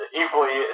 equally